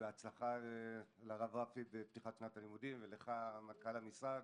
והצלחה לרב רפי בפתיחת שנת הלימודים ולך מנכ"ל המשרד